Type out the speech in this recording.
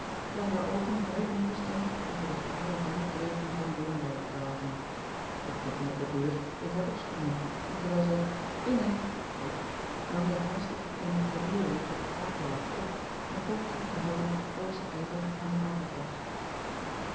terwijl haar oogen vrij onbestemd over de fraaie wandeldreven van oornwijck dwaalden et tikken op de deur deed haar opspringen en terwijl zij binnen riep nam zij haastig eenig borduurwerk dat op tafel lag op en poogde zich te houden als of zij ijverig aan den arbeid was